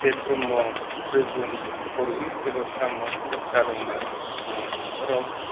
जे ब्रह्म जैग'नि परहित एबा ब्राह्मन जादोंबाबो आङो न'खराव